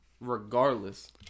regardless